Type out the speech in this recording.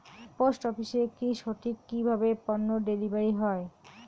Post অফিসে কি সঠিক কিভাবে পন্য ডেলিভারি হয়?